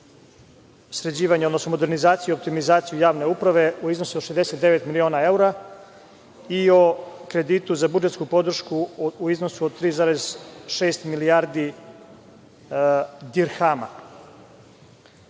sređivanje, odnosno modernizaciju optimizaciju javne uprave u iznosu od 69 miliona evra i o kreditu za budžetsku podršku u iznosu od 3,6 milijardi dirhama. Prvi